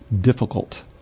difficult